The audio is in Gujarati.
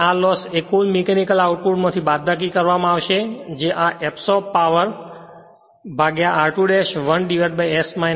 અને આ લોસ એ કુલ મીકેનિકલ આઉટપુટ માંથી બાદબાકી કરવામાં આવશે જે આ એબ્સોર્બપાવર r2 ' 1 s - 1 છે